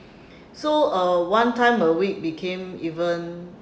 so uh one time a week became even